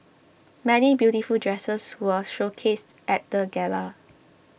many beautiful dresses were showcased at the gala